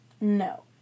No